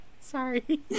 sorry